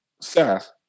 Seth